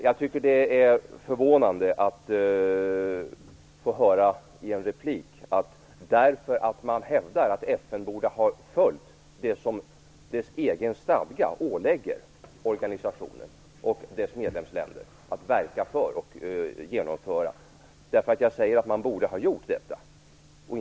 Jag tycker det är förvånande att i en replik få höra att mitt påstående att FN borde ha följt det som FN:s egen stadga ålägger organisationen och dess medlemsländer att verka för och genomföra tolkas som fientlighet mot FN som organisation.